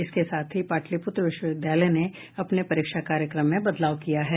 इसके साथ ही पाटलिपुत्र विश्वविद्यालय ने अपने परीक्षा कार्यक्रम में बदलाव किया है